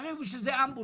וצריך בשביל זה אמבולנס.